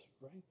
right